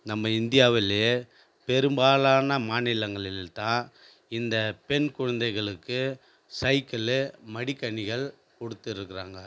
நம்ம இந்தியாவுலே பெரும்பாலான மாநிலங்களில் தான் இந்த பெண் குழந்தைகளுக்கு சைக்களு மடிக்கணிகள் கொடுத்துருக்குறாங்க